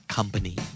Company